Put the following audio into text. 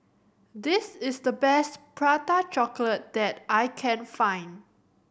this is the best Prata Chocolate that I can find